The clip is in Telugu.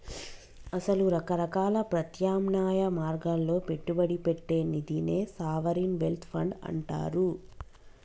అసల రకరకాల ప్రత్యామ్నాయ మార్గాల్లో పెట్టుబడి పెట్టే నిదినే సావరిన్ వెల్త్ ఫండ్ అంటారు